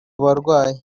barwayi